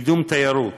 קידום תיירות,